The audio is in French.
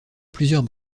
plusieurs